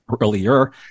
earlier